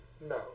No